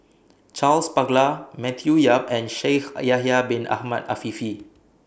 Charles Paglar Matthew Yap and Shaikh Yahya Bin Ahmed Afifi